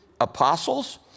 apostles